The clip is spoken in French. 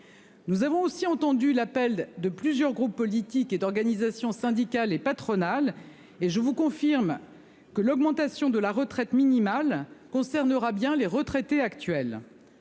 Nous avons aussi entendu l'appel de plusieurs groupes politiques et d'organisations syndicales et patronales et je vous confirme que l'augmentation de la retraite minimale concernera bien les retraités actuels.